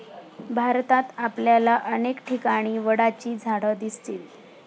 भारतात आपल्याला अनेक ठिकाणी वडाची झाडं दिसतील